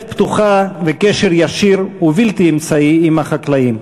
פתוחה וקשר ישיר ובלתי אמצעי עם החקלאים,